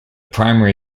primary